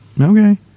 Okay